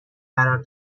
قرار